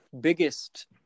biggest